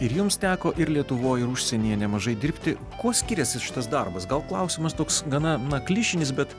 ir jums teko ir lietuvoj ir užsienyje nemažai dirbti kuo skiriasi šitas darbas gal klausimas toks gana na klišinis bet